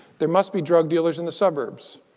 there must be drug dealers in the suburbs.